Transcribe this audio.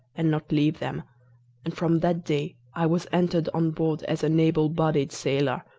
and not leave them and from that day i was entered on board as an able-bodied sailor,